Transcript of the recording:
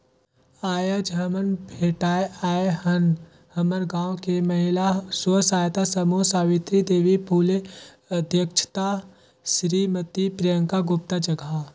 आयज हमन भेटाय आय हन हमर गांव के महिला स्व सहायता समूह सवित्री देवी फूले अध्यक्छता सिरीमती प्रियंका गुप्ता जघा